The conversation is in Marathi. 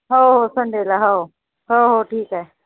हो हो संडेला हो हो हो ठीक आहे